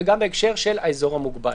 וגם בהקשר של האזור המוגבל.